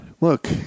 look